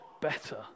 better